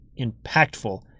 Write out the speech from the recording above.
impactful